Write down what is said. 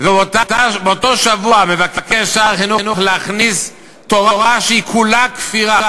ובאותו שבוע מבקש שר החינוך להכניס תורה שהיא כולה כפירה,